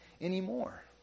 anymore